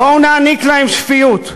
בואו נעניק להם שפיות.